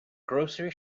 grocery